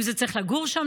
אם צריך לגור שם,